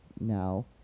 now